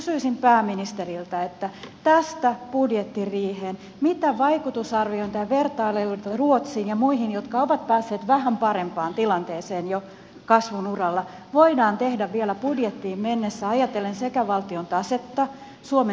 kysyisin pääministeriltä tästä budjettiriihestä että mitä vaikutusarviointeja vertailuita ruotsiin ja muihin jotka ovat päässeet vähän parempaan tilanteeseen jo kasvun uralla voidaan tehdä vielä budjettiin mennessä ajatellen sekä valtion tasetta että suomen työvoimatarjontaa